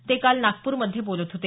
ते काल नागपूरमधे बोलत होते